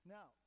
Now